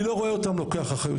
אני לא רואה אותם לוקחים אחריות.